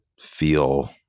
feel